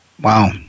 Wow